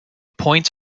points